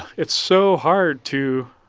it's so hard to